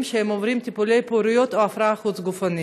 כשהם עוברים טיפולי פוריות או הפריה חוץ-גופית.